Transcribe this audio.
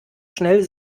schnell